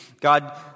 God